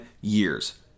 years